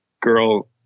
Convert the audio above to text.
girl